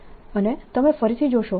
અને તમે ફરીથી જોશો કે તે 0